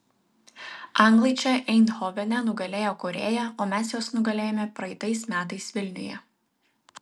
anglai čia eindhovene nugalėjo korėją o mes juos nugalėjome praeitais metais vilniuje